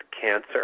cancer